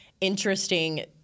interesting